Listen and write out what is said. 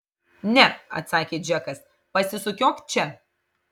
ne atsakė džekas pasisukiok čia